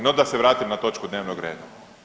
No, da se vratim na točku dnevnog reda.